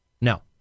No